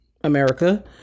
America